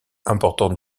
importantes